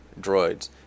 droids